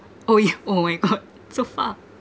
!aiyo! oh my god so far